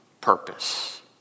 purpose